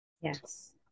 Yes